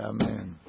Amen